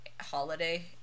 holiday